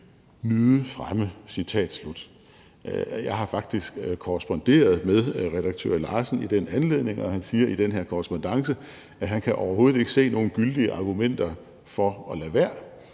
»nyde fremme«. Jeg har faktisk korresponderet med redaktør Larsen i den anledning, og han siger i den her korrespondance, at han overhovedet ikke kan se nogen gyldige argumenter for at lade være.